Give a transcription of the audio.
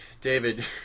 David